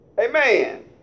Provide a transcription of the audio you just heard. Amen